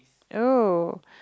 oh